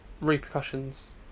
repercussions